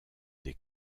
des